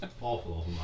awful